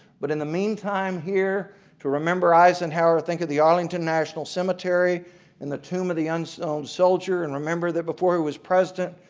but in the meantime here to remember eisenhower think of the arlington national cemetery and the tomb of the unknown soldier and remember that before he was president,